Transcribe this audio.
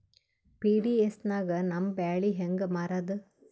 PDS ನಾಗ ನಮ್ಮ ಬ್ಯಾಳಿ ಹೆಂಗ ಮಾರದ?